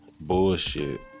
bullshit